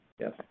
Yes